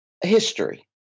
history